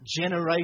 generation